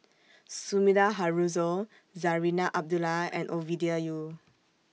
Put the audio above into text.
Sumida Haruzo Zarinah Abdullah and Ovidia Yu